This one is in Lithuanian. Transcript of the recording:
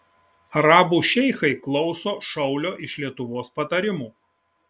arabų šeichai klauso šaulio iš lietuvos patarimų